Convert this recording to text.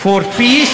to eradicate